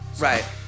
right